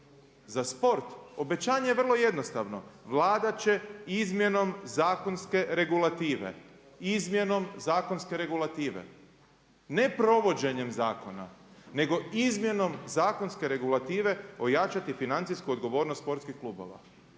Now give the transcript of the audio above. za sport obećanje je vrlo jednostavno Vlada će izmjenom zakonske regulative ne provođenjem zakona nego izmjenom zakonske regulative ojačati financijsku odgovornost sportskih klubova.